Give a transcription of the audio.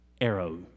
arrow